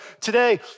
today